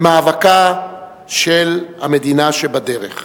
במאבקה של המדינה שבדרך.